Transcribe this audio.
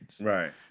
Right